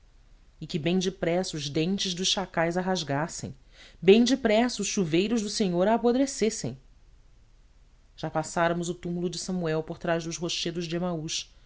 e que bem depressa os dentes dos chacais a rasgassem bem depressa os chuveiros do senhor a apodrecessem já passáramos o túmulo de samuel por trás dos rochedos de emaús